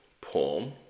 poem